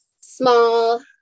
small